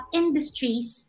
industries